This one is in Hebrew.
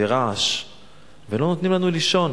ורעש ולא נותנים לנו לישון.